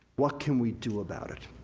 what can we do about it?